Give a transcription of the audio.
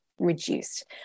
reduced